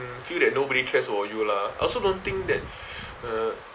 mm feel that nobody cares about you lah I also don't think that uh